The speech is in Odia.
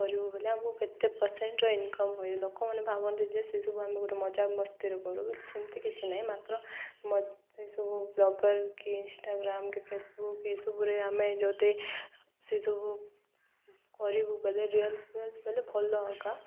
କରିବୁ ବୋଲେ ଆମକୁ କେତେ ପରସେଣ୍ଟର ଇନକମ୍ ହୁଏ ଲୋକମାନେ ଭାବନ୍ତି ଯେ ସେସବୁ ଆମେ ଗୋଟେ ମଜା ମସ୍ତିରେ କରୁ ବୋଲି ସେମିତି କିଛି ନାହିଁ ମାତ୍ର ସେସବୁ ବ୍ଲଗର୍ କି ଇନଷ୍ଟାଗ୍ରାମ୍ କି ଫେସବୁକ୍ ଏସବୁରେ ଆମେ ଯଦି ସେସବୁ କରିବୁ ବୋଲେ ରିଲସ୍ ଫିଲ ବୋଲେ ଭଲ ଏକା